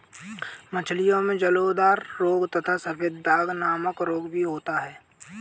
मछलियों में जलोदर रोग तथा सफेद दाग नामक रोग भी होता है